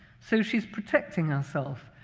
so she's protecting herself,